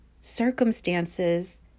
circumstances